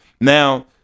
Now